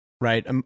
right